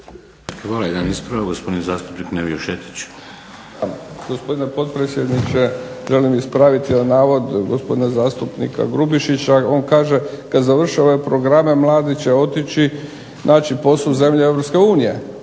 Hvala. Jedan ispravak, gospodin zastupnik Nevio Šetić. **Šetić, Nevio (HDZ)** Hvala gospodine potpredsjedniče. Želim ispraviti jedan navod gospodina zastupnika Grubišića, on kaže kada završe ove programe mladi će otići naći posao u zemlje